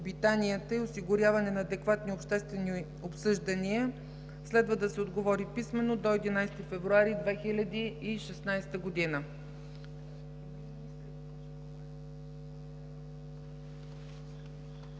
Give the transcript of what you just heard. и осигуряване на адекватни обществени обсъждания. Следва да се отговори писмено до 11 февруари 2016 г.;